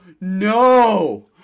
No